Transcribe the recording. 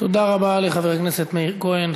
תודה רבה לחבר הכנסת מאיר כהן.